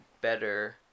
better